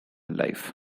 life